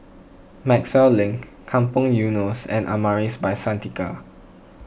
Maxwell Link Kampong Eunos and Amaris By Santika